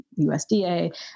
USDA